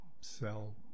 sell